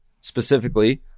specifically